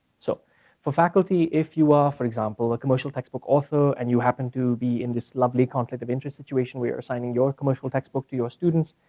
so for faculty, if you are, for example, a commercial textbook author and you happen to be in this lovely conflict of interest situation where you are assigning your commercial textbook to your students,